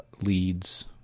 leads